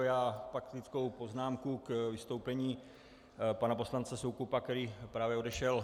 Mám faktickou poznámku k vystoupení pana poslance Soukupa, který právě odešel.